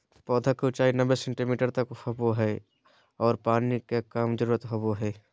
पौधा के ऊंचाई नब्बे सेंटीमीटर तक होबो हइ आर पानी के कम जरूरत होबो हइ